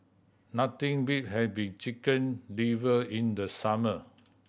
nothing beat having Chicken Liver in the summer